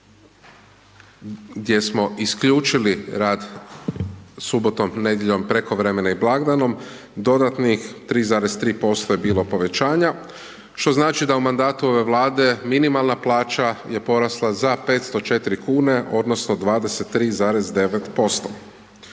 gdje smo isključili rad subotom, nedjeljom, prekovremene i blagdanom, dodatnih 3,3% je bilo povećanja što znači da u mandatu ove Vlade minimalna plaća je porasla za 504 kune odnosno 23,9%.